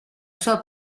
sua